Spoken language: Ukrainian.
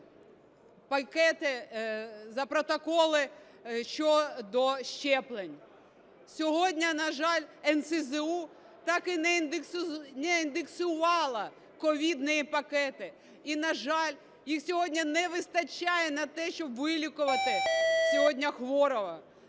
пакети… за протоколи щодо щеплень. Сьогодні, на жаль, НСЗУ так і не індексувало ковідні пакети, і, на жаль, їх сьогодні не вистачає на те, щоб вилікувати сьогодні хворого.